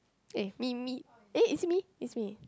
eh me me eh is it me it's me